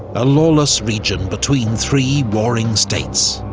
a lawless region between three warring states.